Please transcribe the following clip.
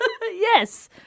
Yes